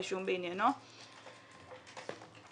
היום מתקיימת שביתת הנשים במחאה על האלימות כלפי נשים